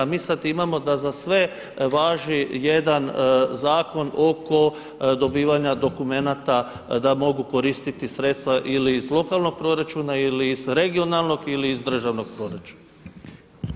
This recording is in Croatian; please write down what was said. A mi sad imamo da za sve važi jedan zakon oko dobivanja dokumenata da mogu koristiti sredstva ili iz lokalnog proračuna ili iz regionalnog ili iz državnog proračuna.